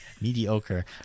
Mediocre